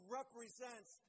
represents